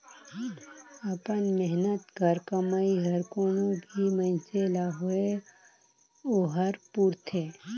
अपन मेहनत कर कमई हर कोनो भी मइनसे ल होए ओहर पूरथे